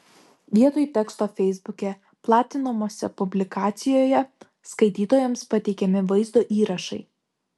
vietoj teksto feisbuke platinamose publikacijoje skaitytojams pateikiami vaizdo įrašai